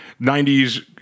90s